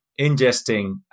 ingesting